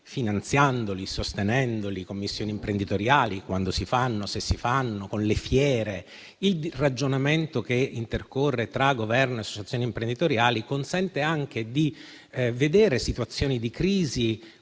finanziandoli e sostenendoli, con missioni imprenditoriali (quando si fanno, se si fanno) e con le fiere. Il ragionamento che intercorre tra Governo e associazioni imprenditoriali consente anche di vedere situazioni di crisi